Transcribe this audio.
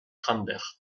rambert